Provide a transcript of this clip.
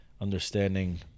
Understanding